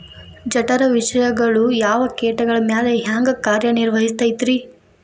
ಜಠರ ವಿಷಗಳು ಯಾವ ಕೇಟಗಳ ಮ್ಯಾಲೆ ಹ್ಯಾಂಗ ಕಾರ್ಯ ನಿರ್ವಹಿಸತೈತ್ರಿ?